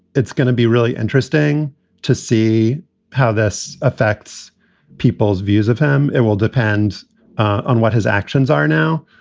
it's gonna be really interesting to see how this affects people's views of him. it will depend on what his actions are now.